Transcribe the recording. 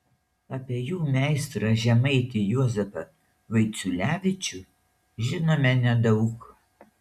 apie jų meistrą žemaitį juozapą vaiciulevičių žinome nedaug